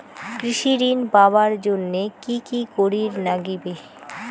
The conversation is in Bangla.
কৃষি ঋণ পাবার জন্যে কি কি করির নাগিবে?